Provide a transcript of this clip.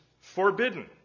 forbidden